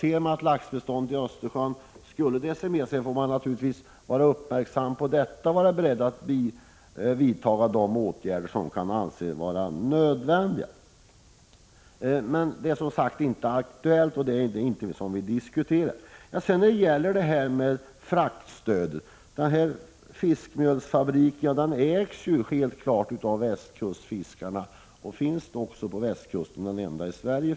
Ser man att laxbeståndet i Östersjön decimeras får man naturligtvis vara uppmärksam på detta och vara beredd att vidta de åtgärder som kan befinnas nödvändiga. Men det är som sagt inte aktuellt — det är inte detta vi diskuterar. När det gäller fraktstödet så ägs ju den aktuella fiskmjölsfabriken av Västkustfiskarna. Den ligger också på västkusten och är för övrigt den enda i Sverige.